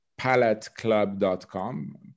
paletteclub.com